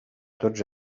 tots